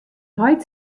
heit